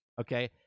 okay